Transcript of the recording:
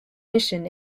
mission